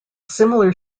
similar